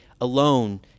alone